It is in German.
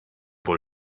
wohl